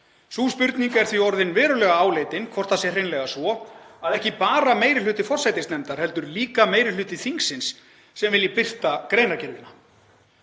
Sú spurning er því orðin verulega áleitin hvort það sé hreinlega svo að ekki bara meiri hluti forsætisnefndar heldur líka meiri hluti þingsins vilji birta greinargerðina.